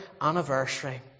anniversary